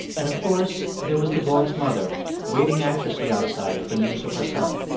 and, of course, there was the boy's mother waiting anxiously outside for news of her son.